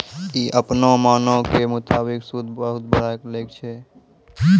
इ अपनो मनो के मुताबिक सूद बहुते बढ़ाय के लै छै